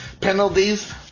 penalties